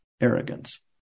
arrogance